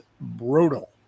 brutal